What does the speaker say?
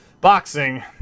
Boxing